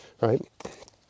right